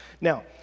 Now